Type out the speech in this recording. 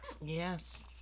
Yes